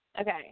Okay